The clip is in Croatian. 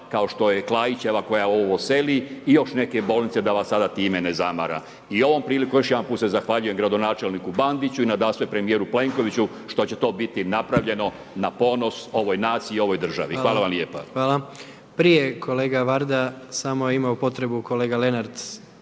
kao što je Klaićeva, koja ovo seli i još neke bolnice da vas sada time ne zamara. I ovom prilikom još jedan put se zahvaljujem gradonačelniku Bandiću i nadasve premjeru Plenkoviću, što će to biti napravljeno na ponos ovoj naciji i ovoj državi. Hvala vam lijepo. **Jandroković, Gordan (HDZ)** Hvala. Prije kolega Varda, samo je imao potrebu kolega Lenart